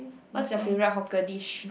what's your favourite hawker dish